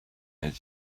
and